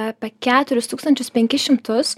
apie keturis tūkstančius penkis šimtus